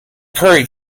curry